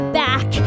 back